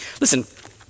Listen